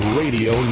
radio